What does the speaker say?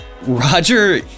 roger